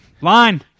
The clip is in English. Line